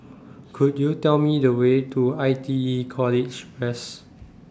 Could YOU Tell Me The Way to I T E College West